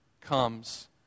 comes